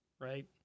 right